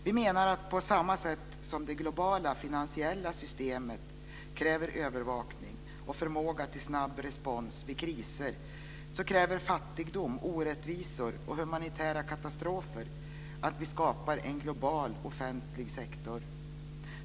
Vi menar att på samma sätt som det globala finansiella systemet kräver övervakning och förmåga till snabb respons vid kriser kräver fattigdom, orättvisor och humanitära katastrofer att vi skapar en global offentlig sektor.